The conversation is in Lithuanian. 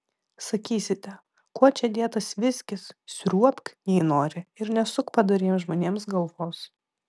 sakysite kuo čia dėtas viskis sriuobk jei nori ir nesuk padoriems žmonėms galvos